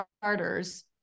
starters